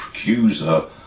accuser